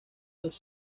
las